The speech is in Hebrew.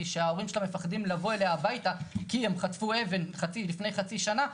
שההורים שלה מפחדים לבוא אליה הביתה כי הם חטפו אבן לפני חצי שנה.